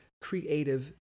creative